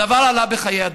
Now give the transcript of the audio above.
הדבר עלה בחיי אדם.